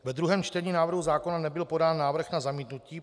Ve druhém čtení návrhu zákona nebyl podán návrh na zamítnutí.